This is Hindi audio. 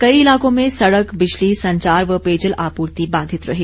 कई इलाकों में सड़क बिजली संचार व पेयजल आपूर्ति बाधित रही